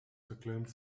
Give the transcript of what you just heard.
verkleumd